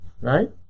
right